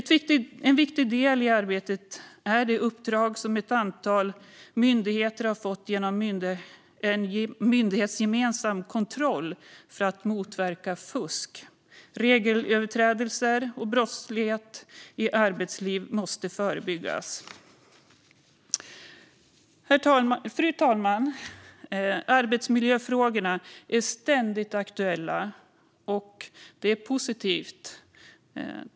En viktig del i arbetet är det uppdrag som ett antal myndigheter har fått om myndighetsgemensam kontroll för att motverka fusk. Regelöverträdelser och brottslighet i arbetslivet måste förebyggas. Fru talman! Arbetsmiljöfrågorna är ständigt aktuella. Det är positivt.